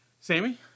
Sammy